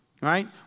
right